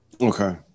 Okay